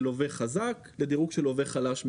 לווה חזק עד לדירוג של לווה חלש מאוד.